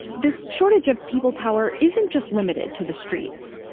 this shortage of people power isn't just limited to the streets.